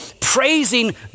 praising